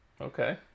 Okay